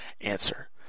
answer